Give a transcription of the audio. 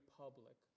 public